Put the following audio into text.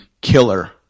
killer